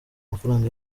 amafaranga